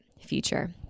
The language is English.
future